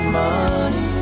money